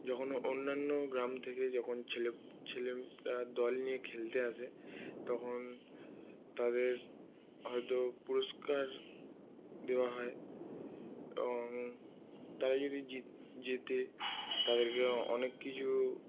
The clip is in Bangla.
যখন অন্যান্য গ্রাম থেকে যখন ছেলে ছেলেরা দল নিয়ে খেলতে আসে তখন তাদের হয়তো পুরস্কার দেওয়া হয় এবং তারা যদি জেতে তাদেরকে অনেক কিছু